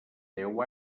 deu